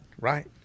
right